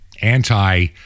anti